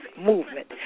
Movement